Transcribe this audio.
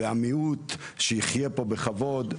ושהמיעוט יחיה פה בכבוד.